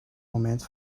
moment